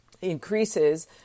increases